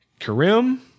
Kareem